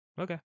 Okay